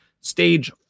Stage